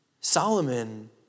Solomon